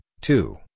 two